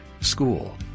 school